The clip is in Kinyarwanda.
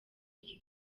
iki